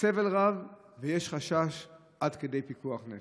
סבל רב ויש חשש עד כדי פיקוח נפש.